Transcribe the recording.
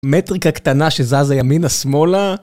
מטריקה קטנה שזזה ימין שמאלה